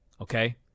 okay